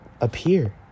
appear